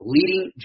leading